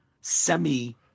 semi